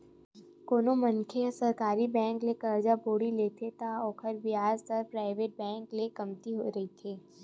कोनो मनखे ह सरकारी बेंक ले करजा बोड़ी लेथे त ओखर बियाज दर ह पराइवेट बेंक ले कमती रहिथे